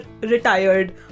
retired